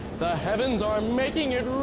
the heavens are making it